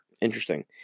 Interesting